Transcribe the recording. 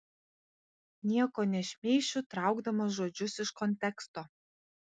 nieko nešmeišiu traukdamas žodžius iš konteksto